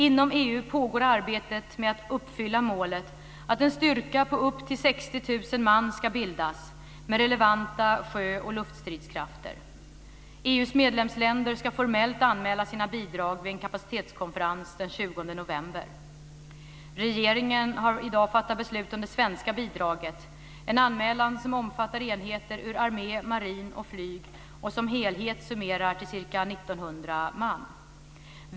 Inom EU pågår arbetet med att uppfylla målet att en styrka på upp till 60 000 man ska bildas med relevanta sjö och luftstridskrafter. EU:s medlemsländer ska formellt anmäla sina bidrag vid en kapacitetskonferens den 20 november. Regeringen har i dag fattat beslut om det svenska bidraget, en anmälan som omfattar enheter ur armé, marin och flyg och som helhet summerar till ca 1 900 man.